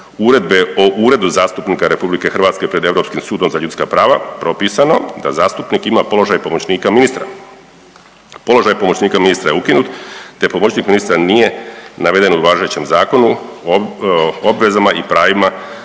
Uredbe o Uredu zastupnika RH pred Europskim sudom za ljudska prava propisano da zastupnik ima položaj pomoćnika ministra. Položaj pomoćnika ministra je ukinut te pomoćnik ministra nije naveden u važećem zakonu, obvezama i pravima